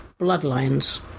bloodlines